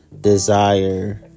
desire